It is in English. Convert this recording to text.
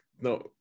no